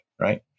right